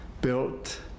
built